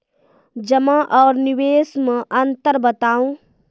जमा आर निवेश मे अन्तर बताऊ?